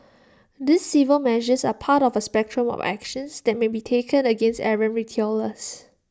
these civil measures are part of A spectrum of actions that may be taken against errant retailers